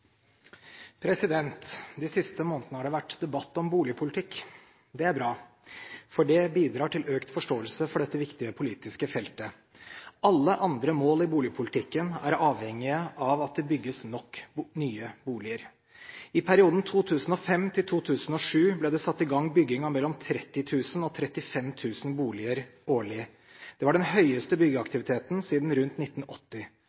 De siste månedene har det vært debatt om boligpolitikk. Det er bra, for det bidrar til økt forståelse for dette viktige politiske feltet. Alle andre mål i boligpolitikken er avhengige av at det bygges nok nye boliger. I perioden 2005–2007 ble det satt i gang bygging av mellom 30 000 og 35 000 boliger årlig. Det var den høyeste